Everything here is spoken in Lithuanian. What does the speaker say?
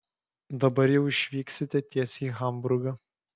dabar jau išvyksite tiesiai į hamburgą